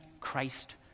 Christ